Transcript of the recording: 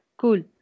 cool